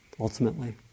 ultimately